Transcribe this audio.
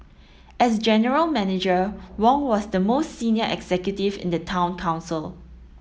as general manager Wong was the most senior executive in the Town Council